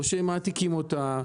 או שמעתיקים אותה,